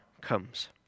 comes